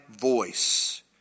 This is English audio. voice